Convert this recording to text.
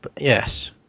yes